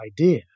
idea